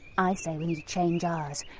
i say we need to change ours.